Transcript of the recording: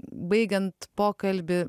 baigiant pokalbį